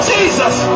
Jesus